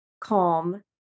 calm